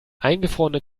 eingefrorene